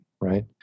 right